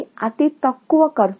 అందువల్ల నేను ఈ దశలో ముగించగలను